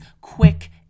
quick